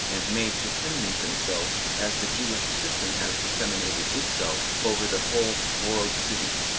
and may disseminate themselves, as the jewish system has disseminated itself, over the whole world-city.